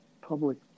public